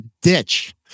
ditch